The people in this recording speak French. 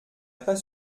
pas